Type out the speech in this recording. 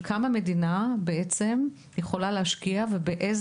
כמה המדינה יכולה להשקיע ולאשר